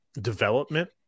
development